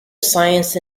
science